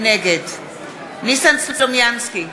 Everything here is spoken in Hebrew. נגד ניסן סלומינסקי,